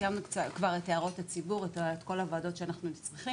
סיימנו כבר את כל הערות הציבור ואת כל הוועדות שאנחנו צריכים,